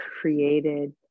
created